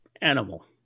animal